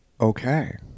Okay